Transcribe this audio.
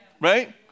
Right